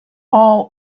all